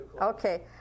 Okay